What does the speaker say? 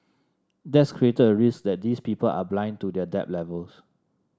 that's created a risk that these people are blind to their debt levels